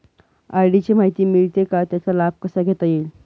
RD ची माहिती मिळेल का, त्याचा लाभ कसा घेता येईल?